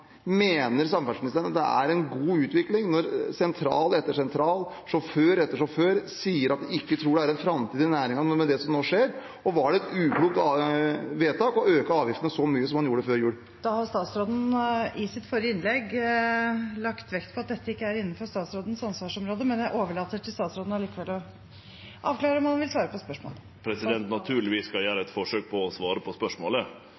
Mener samferdselsministeren at det er en god utvikling når sentral etter sentral, sjåfør etter sjåfør, sier at de ikke tror det er en framtid i næringen med det som nå skjer? Og var det et uklokt vedtak å øke avgiftene så mye som man gjorde før jul? Statsråden la i sitt forrige innlegg vekt på at dette ikke er innenfor hans ansvarsområde, men jeg overlater likevel til statsråden å avklare om han vil svare på spørsmålet. Naturlegvis skal eg gjere eit forsøk på å svare på spørsmålet.